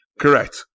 Correct